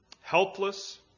Helpless